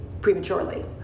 prematurely